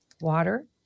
Water